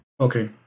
okay